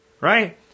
right